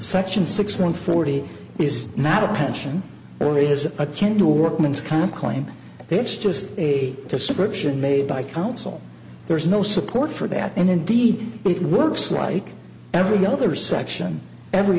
section six one forty is not a pension only has a can do workman's comp claim it's just a description made by counsel there is no support for that and indeed it works like every other section every